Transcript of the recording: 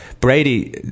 Brady